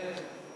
כן.